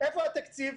איפה התקציב?